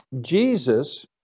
Jesus